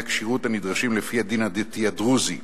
הכשירות הנדרשים לפי הדין הדתי הדרוזי,